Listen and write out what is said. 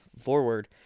forward